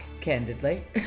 candidly